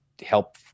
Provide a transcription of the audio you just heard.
help